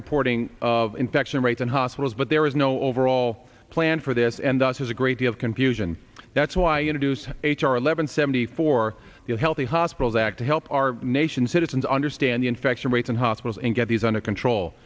reporting of infection rates and hospitals but there is no overall plan for this and thus has a great deal of confusion that's why in a deuced h r eleven seventy four healthy hospitals act to help our nation citizens understand the infection rates in hospitals and get these under control